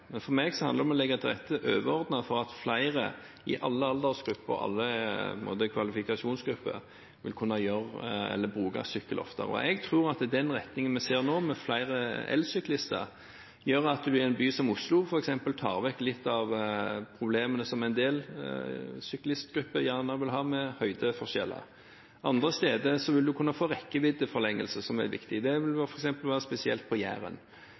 For meg handler det om å legge til rette overordnet for at flere i alle aldersgrupper og alle kvalifikasjonsgrupper vil kunne bruke sykkel oftere. Jeg tror at retningen vi nå ser, med flere elsyklister, gjør at man i en by som Oslo f.eks., tar bort litt av problemene som en del syklistgrupper gjerne har, med høydeforskjeller. Andre steder vil man kunne få rekkeviddeforlengelse, som er viktig. Det vil f.eks. spesielt være på Jæren. Det gjør at stadig flere vil finne at sykkelen er et interessant transportmiddel i jobbsammenheng, spesielt på